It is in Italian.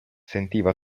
sentiva